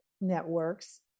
networks